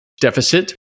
deficit